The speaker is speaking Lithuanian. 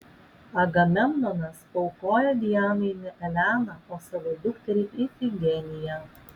agamemnonas paaukojo dianai ne eleną o savo dukterį ifigeniją